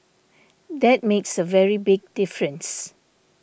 that makes a very big difference